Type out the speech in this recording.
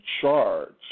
charge